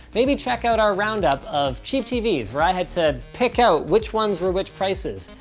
maybe check out our roundup of cheap tvs. where i had to pick out which ones were which prices,